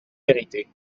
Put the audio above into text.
vérités